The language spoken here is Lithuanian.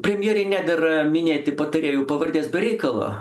premjerei nedera minėti patarėjo pavardės be reikalo